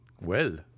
Well